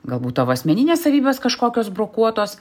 galbūt tavo asmeninės savybės kažkokios brokuotos